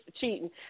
cheating